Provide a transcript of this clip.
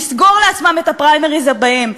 לסגור לעצמם את הפריימריז הבאים.